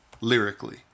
lyrically